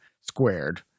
squared